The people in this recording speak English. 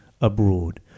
abroad